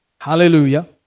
Hallelujah